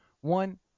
one